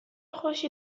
خوشی